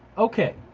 okay.